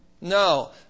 No